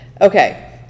Okay